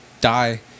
die